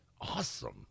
Awesome